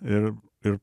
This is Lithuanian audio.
ir ir